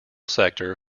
sector